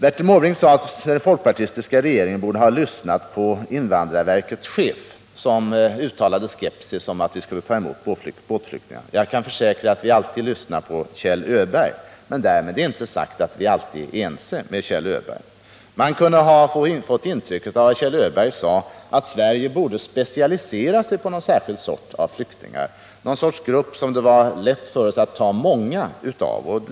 Bertil Måbrink sade att den folkpartistiska regeringen borde ha lyssnat på invandrarverkets chef, som uttalat skepsis mot att vi skulle ta emot båtflyktingar. Jag kan försäkra att vi alltid lyssnar på Kjell Öberg, men därmed är inte sagt att vi alltid är ense med honom. Man kunde, av vad Kjell Öberg sade, få intrycket att Sverige borde specialisera sig på någon särskild sort av flyktingar, någon grupp flyktingar som det var lätt för oss att ta emot många av.